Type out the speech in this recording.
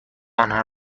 آنها